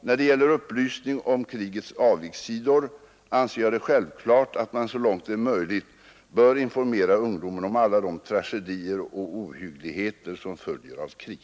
När det gäller upplysning om krigets avigsidor anser jag det självklart att man så långt det är möjligt bör informera ungdomen om alla de tragedier och ohyggligheter som följer av krig.